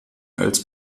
als